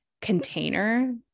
container